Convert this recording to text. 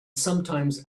sometimes